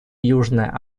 южная